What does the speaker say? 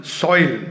soil